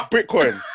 Bitcoin